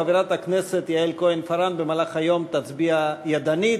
חברת הכנסת יעל כהן-פארן במהלך היום תצביע ידנית,